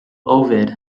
ovid